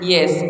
Yes